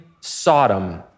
Sodom